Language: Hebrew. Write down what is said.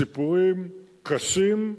סיפורים קשים,